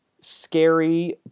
scary